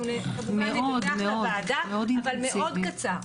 אנחנו כמובן נדווח לוועדה, אבל מאוד קצר.